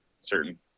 Certain